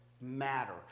matter